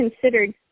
considered